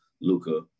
Luca